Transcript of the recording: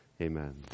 Amen